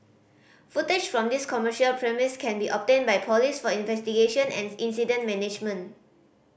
footage from these commercial premise can be obtained by police for investigation and incident management